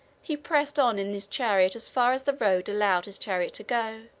he pressed on in his chariot as far as the road allowed his chariot to go,